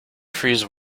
freeze